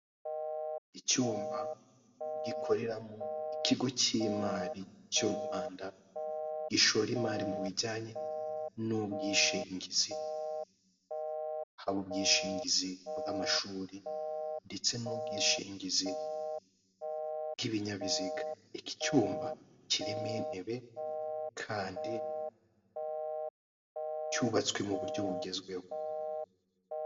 Icyumba gikoreramo ikigo cy'imari cy'u Rwanda, gishora imari mu bijyanye n'ubwishingizi, haba ubwishingizi bw'amashuri ndetse n'ubwishingizi bw'ibinyabiziga. Iki cyumba kirimo intebe kandi cyubatswe mu buryo bugezweho.